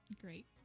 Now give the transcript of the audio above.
Great